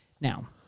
Now